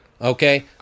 Okay